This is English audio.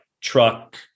truck